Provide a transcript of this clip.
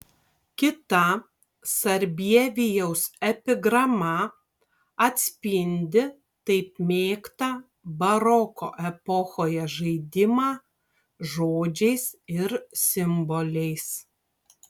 kita sarbievijaus epigrama atspindi taip mėgtą baroko epochoje žaidimą žodžiais ir simboliais